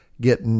get